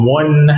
one